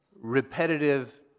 repetitive